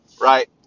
right